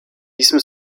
diesem